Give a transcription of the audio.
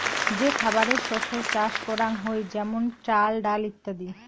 যে খাবারের শস্য চাষ করাঙ হই যেমন চাল, ডাল ইত্যাদি